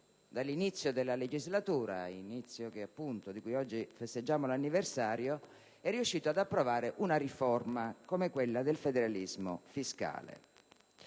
dall'inizio della legislatura, di cui oggi festeggiamo l'anniversario, è riuscito ad approvare una riforma come quella del federalismo fiscale